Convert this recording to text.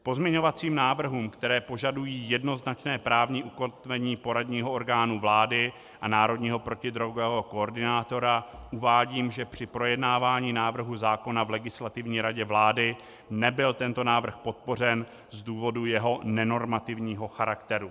K pozměňovacím návrhům, které požadují jednoznačné právní ukotvení poradního orgánu vlády a národního protidrogového koordinátora uvádím, že při projednávání návrhu zákona v Legislativní radě vlády nebyl tento návrh podpořen z důvodu jeho nenormativního charakteru.